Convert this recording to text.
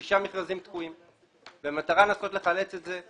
יש שישה מכרזים תקועים והמטרה היא לנסות לחלץ את זה.